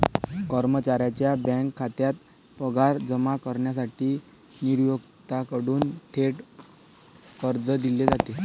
कर्मचाऱ्याच्या बँक खात्यात पगार जमा करण्यासाठी नियोक्त्याकडून थेट कर्ज दिले जाते